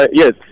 yes